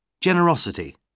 Generosity